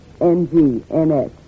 N-G-N-S